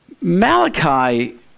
Malachi